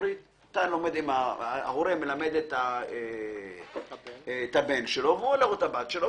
בארצות-הברית ההורה מלמד את הבן שלו ואת הבת שלו,